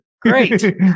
Great